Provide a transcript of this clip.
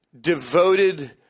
devoted